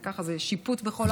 זה ככה שיפוט בכל העולם,